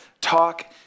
talk